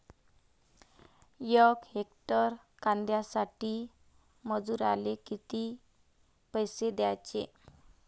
यक हेक्टर कांद्यासाठी मजूराले किती पैसे द्याचे?